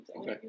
Okay